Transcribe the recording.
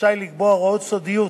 ורשאי לקבוע הוראות סודיות